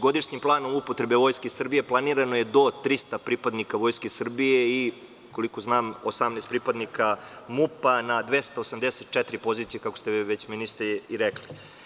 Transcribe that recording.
Godišnjim planom upotrebe Vojske Srbije planirano je do 300 pripadnika Vojske Srbije i, koliko znam, 18 pripadnika MUP-a na 284 pozicije, kako ste već, ministre, i rekli.